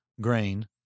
grain